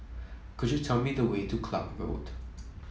could you tell me the way to Klang Road